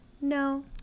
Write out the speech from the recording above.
No